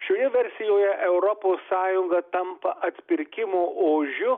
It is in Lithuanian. šioje versijoje europos sąjunga tampa atpirkimo ožiu